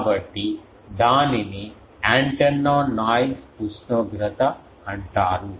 కాబట్టి దానిని antenna noise ఉష్ణోగ్రత అంటారు